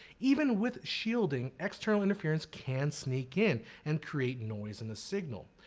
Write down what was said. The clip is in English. even with shielding external interference can sneak in and create noise in the signal.